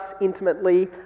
intimately